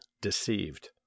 deceived